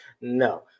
No